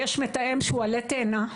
יש מתאם שהוא עלה תאנה,